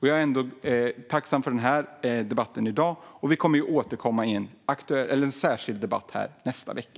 Jag är ändå tacksam för den här debatten i dag, och vi kommer även att återkomma till den här frågan i en särskild debatt nästa vecka.